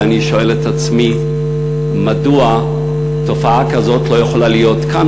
ואני שואל את עצמי מדוע תופעה כזאת לא יכולה להיות כאן.